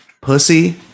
Pussy